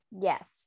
Yes